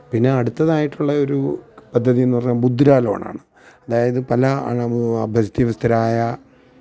പിന്നെ അടുത്തതായിട്ടുള്ള ഒരു പദ്ധതി എന്ന് പറഞ്ഞാൽ മുദ്ര ലോൺ ആണ് അതായത് പല അഭ്യസ്ഥവിദ്യരായ